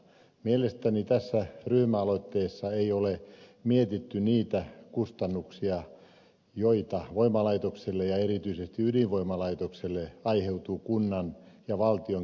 mielestäni tässä ryhmäaloitteessa ei ole mietitty niitä kustannuksia joita voimalaitokselle ja erityisesti ydinvoimalaitokselle aiheutuu kunnan ja valtion kiinteistöverosta